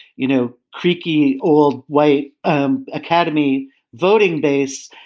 you know, creaky old white um academy voting base,